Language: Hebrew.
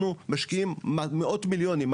אנחנו משקיעים מאות מיליונים,